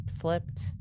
flipped